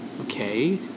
okay